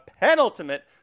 penultimate